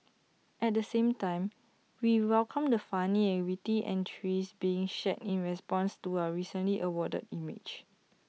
at the same time we welcome the funny and witty entries being shared in response to our recently awarded image